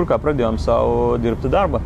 ir ką pradėjom sau dirbti darbą